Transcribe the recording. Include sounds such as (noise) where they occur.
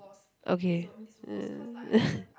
okay (noise) (laughs)